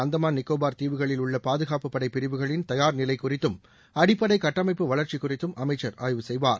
அந்தமான் நிக்கோபார் தீவுகளில் உள்ள பாதுகாப்பு படை பிரிவுகளின் தயார்நிலை குறித்தும் அடிப்படை கட்டமைப்பு வளர்ச்சி குறித்தும் அமைச்சர் ஆய்வு செய்வார்